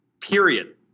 Period